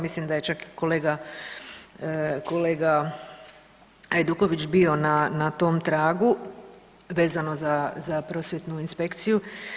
Mislim da je čak kolega Hajduković bio na tom tragu vezano za Prosvjetnu inspekciju.